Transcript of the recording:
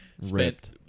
spent